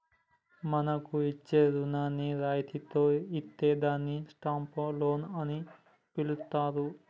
మనకు ఇచ్చే రుణాన్ని రాయితితో ఇత్తే దాన్ని స్టాప్ లోన్ అని పిలుత్తారు